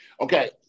Okay